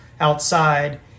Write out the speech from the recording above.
outside